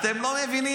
אתם לא מבינים,